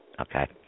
Okay